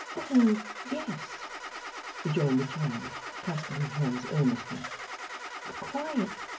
oh yes rejoined the child, clasping her hands earnestly. a quiet,